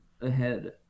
ahead